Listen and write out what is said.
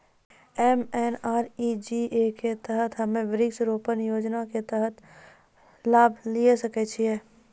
MNREGA के तहत हम्मय वृक्ष रोपण योजना के तहत लाभ लिये सकय छियै?